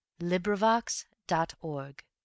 LibriVox.org